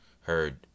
heard